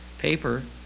paper